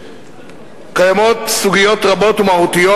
קיימות סוגיות רבות ומהותיות,